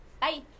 Bye